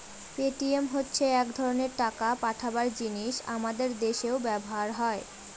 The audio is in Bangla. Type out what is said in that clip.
পেটিএম হচ্ছে এক ধরনের টাকা পাঠাবার জিনিস আমাদের দেশেও ব্যবহার হয়